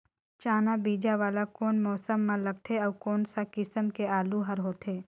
चाना बीजा वाला कोन सा मौसम म लगथे अउ कोन सा किसम के आलू हर होथे?